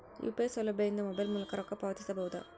UPI ಸೌಲಭ್ಯ ಇಂದ mobile ಮೂಲಕ ರೊಕ್ಕ ಪಾವತಿಸ ಬಹುದಾ?